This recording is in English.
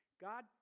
god